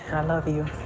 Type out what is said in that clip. i love you.